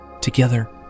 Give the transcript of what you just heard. together